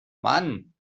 mann